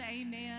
amen